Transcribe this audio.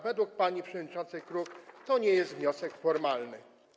Według pani przewodniczącej Kruk to nie jest wniosek formalny.